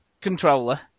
controller